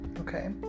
Okay